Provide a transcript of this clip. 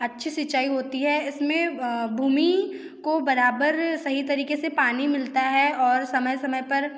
अच्छी सिंचाई होती है इस में भूमि को बराबर सही तरीक़े से पानी मिलता है और समय समय पर